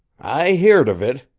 i heerd of it,